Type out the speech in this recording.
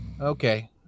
Okay